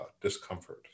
discomfort